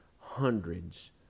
hundreds